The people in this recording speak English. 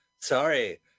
Sorry